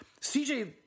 CJ